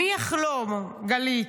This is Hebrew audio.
מי יחלום, גלית?